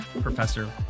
Professor